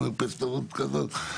והמרפסת הזאת ככה,